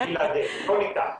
הכול איתם,